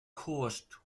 cost